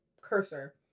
cursor